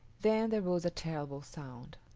then there rose a terrible sound.